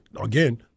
again